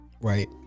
right